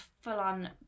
full-on